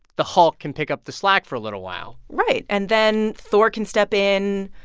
the hulk can pick up the slack for a little while right. and then thor can step in.